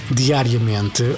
diariamente